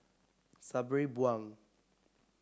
Sabri Buang